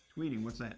tweeting? what's that?